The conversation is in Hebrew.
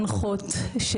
מחנכות,